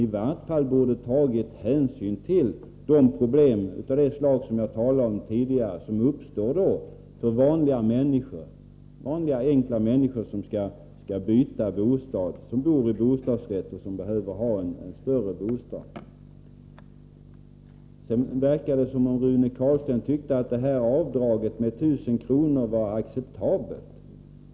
I varje fall borde man ha tagit hänsyn till sådana problem som jag tidigare talat om och som uppstår för vanliga enkla människor, som bor i bostadsrättslägenheter men som behöver en större bostad och därför står i begrepp att byta bostad. Det verkar som om Rune Carlstein tycker att avdraget med 1 000 kr. är acceptabelt.